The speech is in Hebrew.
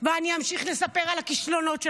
ואני אמשיך לספר על הכישלונות שלך,